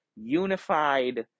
unified